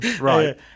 Right